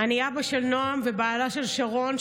אני אבא של נעם ובעלה של שרון,